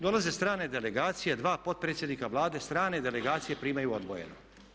Dolaze strane delegacije, dva potpredsjednika Vlade strane delegacije primaju odvojeno.